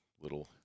little